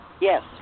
Yes